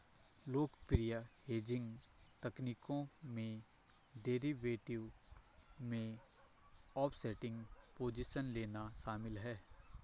लोकप्रिय हेजिंग तकनीकों में डेरिवेटिव में ऑफसेटिंग पोजीशन लेना शामिल है